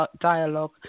dialogue